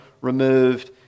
removed